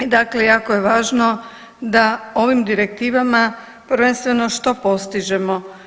I dakle jako je važno da ovim direktivama prvenstveno što postižemo?